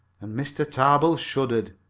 and mr. tarbill shuddered.